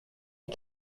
les